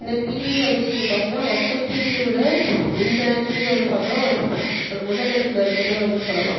இந்த டிவி அப்படின்னு சொல்லி பார்த்தனா மற்ற டிவியை விட இந்த டிவி வந்து பார்த்தனா ஒரு ஒரு முதல் இடத்துல இருக்குன்னே வந்து சொல்லலாம்